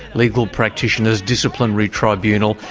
legal practitioners disciplinary tribunal,